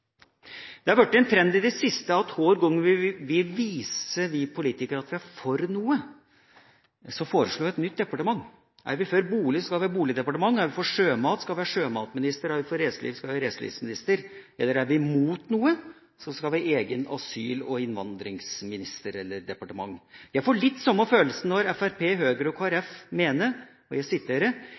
det siste at hver gang vi politikere vil vise at vi er for noe, foreslår vi et nytt departement. Er vi for bolig, skal vi ha boligdepartement, er vi for sjømat, skal vi ha sjømatminister, er vi for reiseliv, skal vi ha reiselivsminister, og er vi mot noe, skal vi ha egen f.eks. asyl- og innvandringsminister eller eget departement. Jeg får litt den samme følelsen når Fremskrittspartiet, Høyre og Kristelig Folkeparti mener at: «det bør overveies om ikke Justis- og